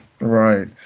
Right